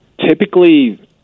typically